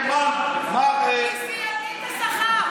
מנחה בטלוויזיה, בערוץ הראשון.